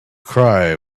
cry